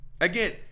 Again